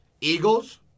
Eagles